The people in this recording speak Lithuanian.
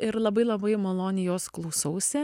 ir labai labai maloniai jos klausausi